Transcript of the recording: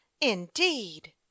Indeed